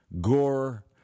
Gore